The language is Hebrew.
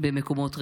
במקומות ריאליים.